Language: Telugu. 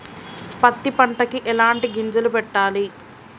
పత్తి పంటకి ఎలాంటి గింజలు పెట్టాలి?